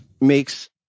makes